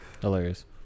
Hilarious